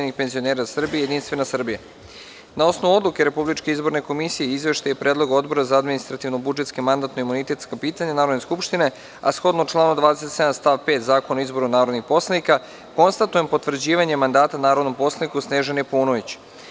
Na osnovu odluke Republičke izborne komisije i izveštaja i predloga Odbora za administrativno-budžetske i mandatno-imunitetska pitanja Narodne skupštine, a shodno članu 27. stav 5. Zakona o izboru narodnih poslanika, konstatujem potvrđivanje mandata narodnom poslaniku Snežani Paunović.